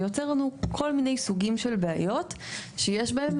זה יוצר לנו כל מיני סוגים של בעיות שיש בהן